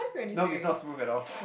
no it's not smooth at all